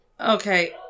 Okay